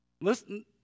listen